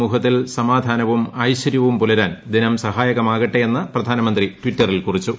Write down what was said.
സമൂഹത്തിൽ സമാധാനവും ഐശ്വര്യവും പുലരാൻ ദിനം സഹായകമാകട്ടേ എന്ന് പ്രധാനമന്ത്രി ട്വിറ്ററിൽ കുറിച്ചു